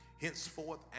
henceforth